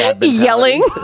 yelling